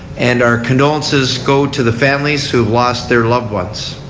and our condolences go to the families who have lost their loved ones.